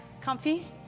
Comfy